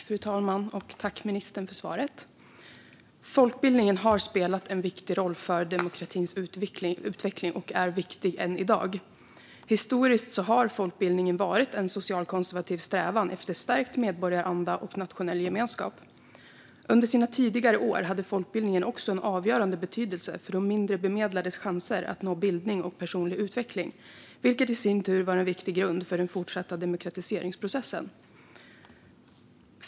Fru talman! Tack för svaret, ministern! Folkbildningen har spelat en viktig roll för demokratins utveckling och är viktig än i dag. Historiskt har folkbildningen varit en socialkonservativ strävan efter stärkt medborgaranda och nationell gemenskap. Under sina tidigare år hade folkbildningen också en avgörande betydelse för de mindre bemedlades chanser att nå bildning och personlig utveckling, vilket i sin tur var en viktig grund för den fortsatta demokratiseringsprocessen.